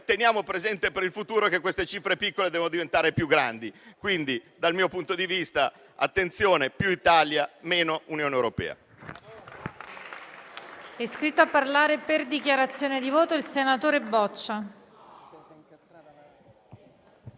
teniamo presente per il futuro che queste cifre piccole devono diventare più grandi. Pertanto, dal mio punto di vista, attenzione: più Italia, meno Unione europea.